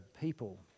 people